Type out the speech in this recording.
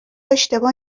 اشتباه